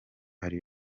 ari